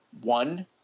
one